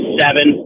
seven